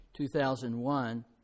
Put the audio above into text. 2001